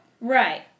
Right